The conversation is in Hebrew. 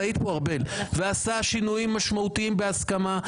את היית פה ועשה שינויים משמעותיים בהסכמה,